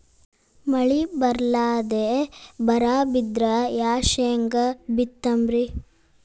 ಮಳಿ ಬರ್ಲಾದೆ ಬರಾ ಬಿದ್ರ ಯಾ ಶೇಂಗಾ ಬಿತ್ತಮ್ರೀ?